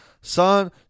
son